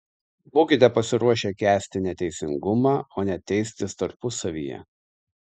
būkite pasiruošę kęsti neteisingumą o ne teistis tarpusavyje